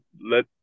let